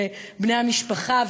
ובני המשפחה,